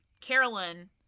Carolyn